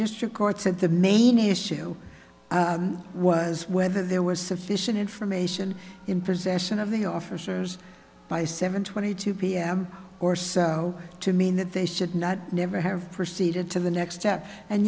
district court said the main issue was whether there was sufficient information in possession of the officers by seven twenty two pm or so to mean that they should not never have proceeded to the next step and